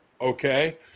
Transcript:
Okay